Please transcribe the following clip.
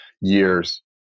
years